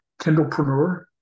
Kindlepreneur